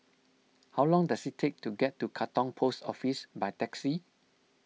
how long does it take to get to Katong Post Office by taxi